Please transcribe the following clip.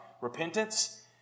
Repentance